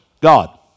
God